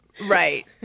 Right